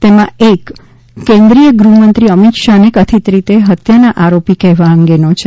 તેમાં એક કેન્દ્રીય ગૃહમંત્રી અમિત શાહને કથિત રીતે હત્યાના આરોપી કહેવા અંગેનો છે